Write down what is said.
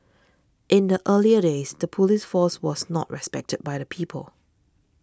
in the earlier days the police force was not respected by the people